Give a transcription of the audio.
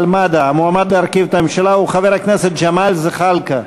המועמד להרכיב את הממשלה הוא חבר הכנסת ג'מאל זחאלקה.